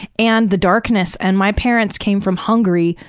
and the darkness. and my parents came from hungary.